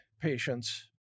patients